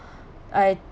I